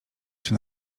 czy